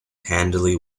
handily